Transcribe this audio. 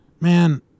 man